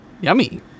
Yummy